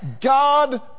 God